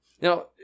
Now